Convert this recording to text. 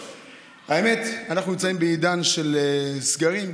האמת, אנחנו נמצאים בעידן של סגרים,